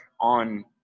on